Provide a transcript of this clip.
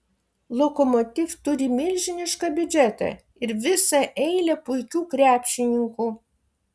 lokomotiv turi milžinišką biudžetą ir visą eilę puikių krepšininkų